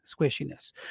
squishiness